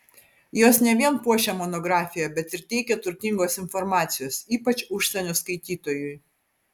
jos ne vien puošia monografiją bet ir teikia turtingos informacijos ypač užsienio skaitytojui